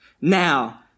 Now